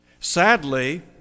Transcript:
Sadly